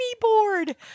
board